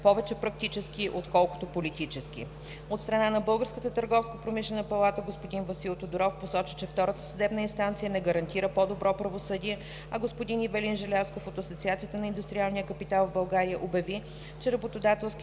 повече практически отколкото политически. От страна на Българската търговско-промишлена палата господин Васил Тодоров посочи, че втората съдебна инстанция не гарантира по-добро правосъдие, а господин Ивелин Желязков от Асоциацията на индустриалния капитал в България обяви, че работодателските